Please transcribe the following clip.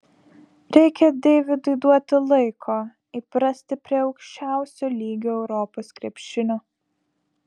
reikia deividui duoti laiko įprasti prie aukščiausio lygio europos krepšinio